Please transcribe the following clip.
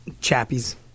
Chappie's